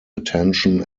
attention